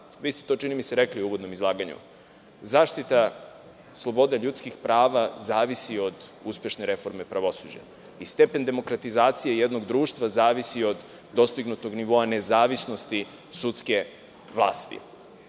mi se da ste to rekli u uvodnom izlaganju, sama zaštita slobode ljudskih prava zavisi od uspešne reforme pravosuđa i stepen demokratizacije jednog društva zavisi od dostignutog nivoa nezavisnosti sudske vlasti. Sa